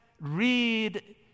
read